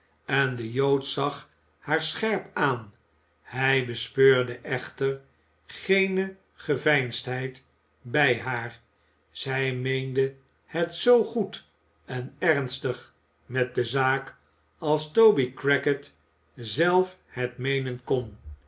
en de jood zag haar scherp aan hij bespeurde echter geene geveinsdheid bij haar zij meende het zoo goed en ernstig met de zaak als toby crackit zelf het meenen kon